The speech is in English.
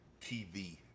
tv